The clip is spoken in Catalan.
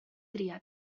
triat